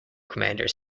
commanders